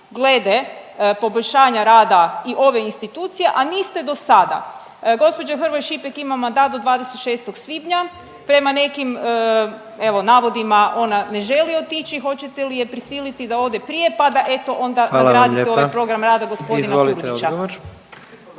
glede poboljšanja rada i ove institucije, a niste do sada? Gospođa Hrvoj Šipek ima mandat do 26. svibnja. Prema nekim evo navodima ona ne želi otići. Hoćete li je prisili da ode prije pa da eto onda … …/Upadica predsjednik: Hvala